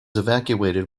evacuated